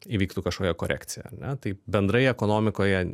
įvyktų kažkokia korekcija ar ne tai bendrai ekonomikoje